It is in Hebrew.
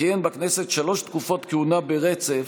וכיהן בכנסת שלוש תקופות כהונה ברצף,